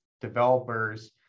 developers